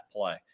play